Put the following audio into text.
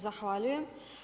Zahvaljujem.